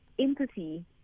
empathy